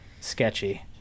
sketchy